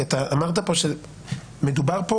כי אתה אמרת שמדובר פה